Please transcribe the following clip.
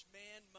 man